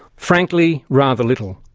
frankly, rather little,